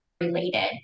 related